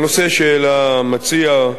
הנושא שהעלה המציע,